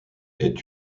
est